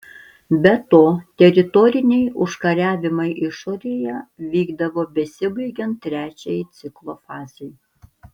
be to teritoriniai užkariavimai išorėje vykdavo besibaigiant trečiajai ciklo fazei